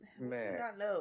Man